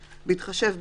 בהתחשב,